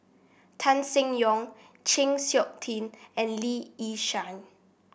Tan Seng Yong Chng Seok Tin and Lee Yi Shyan